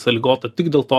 sąlygota tik dėl to